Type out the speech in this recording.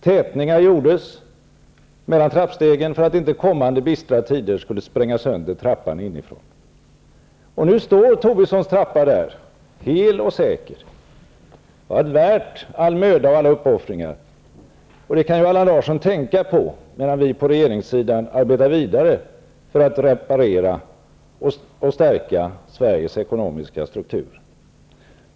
Tätningar gjordes mellan trappstegen för att kommande bistra tider inte skulle spränga sönder trappan inifrån. Nu står Tobissons trappa där, hel och säker. Det har varit värt all möda och alla uppoffringar. Det kan ju Allan Larsson tänka på, medan vi på regeringssidan arbetar vidare för att reparera och stärka Sveriges ekonomiska struktur.